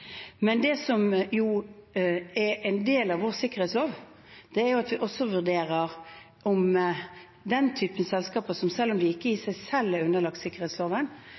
Men det som er en del av vår sikkerhetslov, er at vi også vurderer om den typen selskaper som selv om de ikke i seg selv er underlagt sikkerhetsloven,